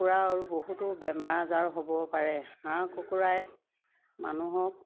কুকুৰা আৰু বহুতো বেমাৰ আজাৰ হ'ব পাৰে হাঁহ কুকুৰাই মানুহক